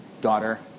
Daughter